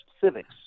civics